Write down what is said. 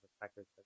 attackers